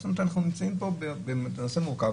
זאת אומרת, זה נושא מורכב.